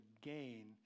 gain